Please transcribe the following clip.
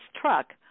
truck